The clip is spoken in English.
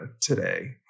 today